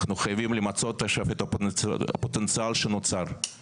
אנחנו חייבים למצות עכשיו את הפוטנציאל שנוצר,